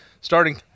starting